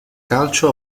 calcio